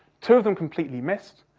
two of them completely missed,